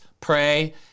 pray